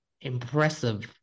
impressive